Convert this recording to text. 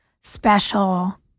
special